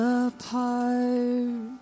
apart